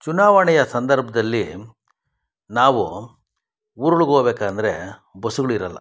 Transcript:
ಚುನಾವಣೆಯ ಸಂದರ್ಭದಲ್ಲಿ ನಾವು ಊರೊಳ್ಗೆ ಹೋಗ್ಬೇಕಂದ್ರೆ ಬಸ್ಸುಗಳು ಇರೋಲ್ಲ